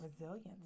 resilience